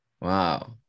wow